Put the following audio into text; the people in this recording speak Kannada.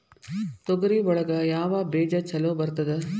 ತೊಗರಿ ಒಳಗ ಯಾವ ಬೇಜ ಛಲೋ ಬರ್ತದ?